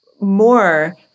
more